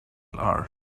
are